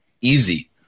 easy